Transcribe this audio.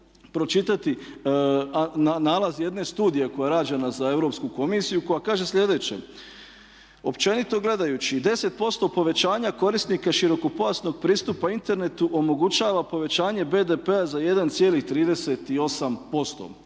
pročitati nalaz jedne studije koja je rađena za Europsku komisiju koja kaže slijedeće "Općenito gledajući 10% povećanja korisnika širokopojasnog pristupa internetu omogućava povećanje BDP-a za 1,38%